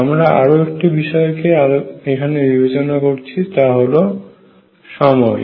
আমরা আরো একটি বিষয়কে এখানে বিবেচনা করছি তা হলো সময়